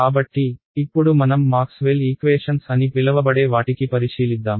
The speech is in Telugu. కాబట్టి ఇప్పుడు మనం మాక్స్వెల్ Maxwell's ఈక్వేషన్స్ అని పిలవబడే వాటికి పరిశీలిద్దాం